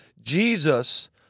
Jesus